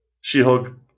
She-Hulk